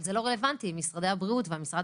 אבל זה לא רלוונטי אם משרד הבריאות והמשרד